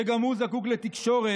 שגם הוא זקוק לתקשורת,